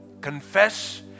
confess